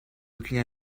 looking